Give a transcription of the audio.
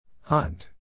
Hunt